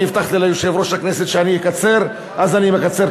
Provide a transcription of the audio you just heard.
אני הבטחתי ליושב-ראש הכנסת שאני אקצר אז אני מקצר.